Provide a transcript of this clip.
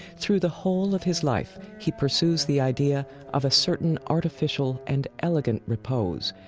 through the whole of his life, he pursues the idea of a certain, artificial and elegant repose,